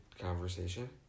conversation